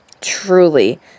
Truly